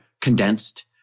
condensed